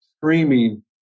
screaming